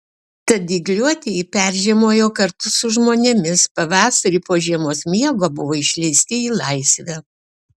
tad dygliuotieji peržiemojo kartu su žmonėmis pavasarį po žiemos miego buvo išleisti į laisvę